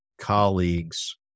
colleagues